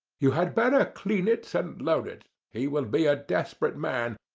you had better clean it and load it. he will be a desperate man,